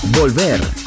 Volver